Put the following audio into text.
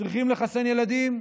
צריכים לחסן ילדים,